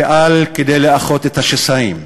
פעל כדי לאחות את השסעים,